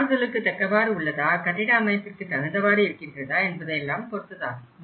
மாறுதலுக்கு தக்கவாறு உள்ளதா கட்டிட அமைப்பிற்கு தகுந்தவாறு இருக்கின்றதா என்பதையெல்லாம் பொறுத்ததாகும்